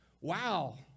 Wow